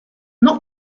not